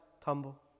tumble